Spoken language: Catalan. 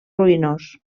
ruïnós